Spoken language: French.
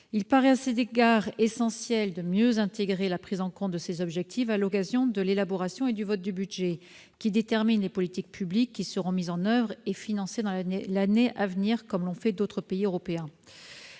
Il paraît essentiel de mieux intégrer la prise en compte de ces objectifs dans l'élaboration et le vote du budget, qui détermine les politiques publiques mises en oeuvre et financées dans l'année à venir, comme l'ont fait d'autres pays européens.